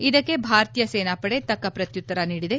ಇದಕ್ಕೆ ಭಾರತೀಯ ಸೇನಾಪಡೆ ತಕ್ಕ ಪ್ರತ್ಯುತ್ತರ ನೀಡಿದೆ